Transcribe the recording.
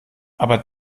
aber